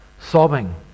sobbing